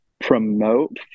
promote